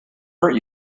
hurt